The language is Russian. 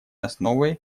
основой